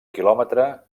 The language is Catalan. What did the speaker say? quilòmetre